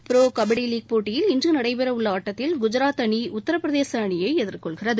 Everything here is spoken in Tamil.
ப்ரோ கபடி லீக் போட்டியில் இன்று நடைபெறவுள்ள ஆட்டத்தில் குஜராத் அணி உத்திரபிரதேச அணியை எதிர்கொள்கிறது